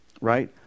Right